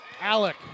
Alec